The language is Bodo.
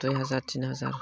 दुइ हाजार तिन हाजार